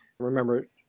remember